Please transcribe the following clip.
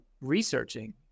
researching